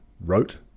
wrote